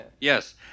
yes